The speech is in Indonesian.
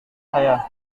saya